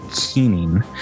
keening